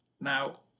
now